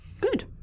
Good